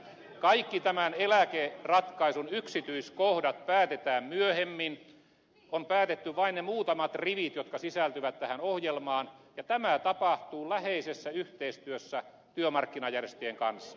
kaikki tämän eläkeratkaisun yksityiskohdat päätetään myöhemmin on päätetty vain ne muutamat rivit jotka sisältyvät tähän ohjelmaan ja tämä tapahtuu läheisessä yhteistyössä työmarkkinajärjestöjen kanssa